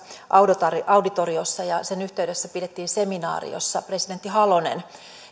auditoriossa auditoriossa ja siinä yhteydessä pidettiin seminaari jossa presidentti halonen